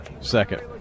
second